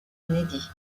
inédits